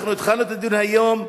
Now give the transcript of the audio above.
התחלנו את הדיון היום,